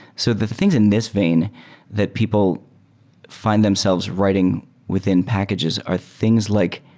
so the things in this vein that people fi nd themselves writing within packages are things like